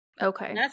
okay